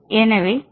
எனவே பி